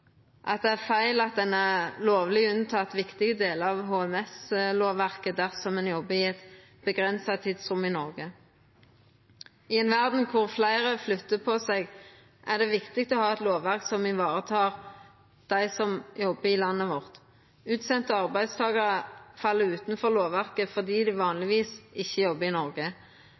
at det er feil at ein lovleg er unnateke viktige delar av HMS-lovverket dersom ein jobbar i eit avgrensa tidsrom i Noreg. I ei verd der fleire flyttar på seg, er det viktig å ha eit lovverk som tek i vare dei som jobbar i landet vårt. Utsende arbeidstakarar fell utanfor lovverket, fordi dei vanlegvis ikkje jobbar i Noreg.